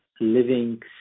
living